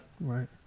Right